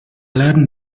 learned